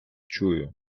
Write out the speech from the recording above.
чую